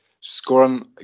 scoring